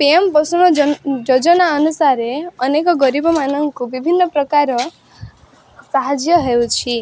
P M ବସୁନ ଯନ ଯୋଜନା ଅନୁସାରେ ଅନେକ ଗରିବ ମାନଙ୍କୁ ବିଭିନ୍ନ ପ୍ରକାର ସାହାଯ୍ୟ ହେଉଛି